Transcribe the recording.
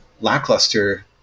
lackluster